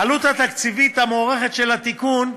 העלות התקציבית המוערכת של התיקון,